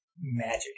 magic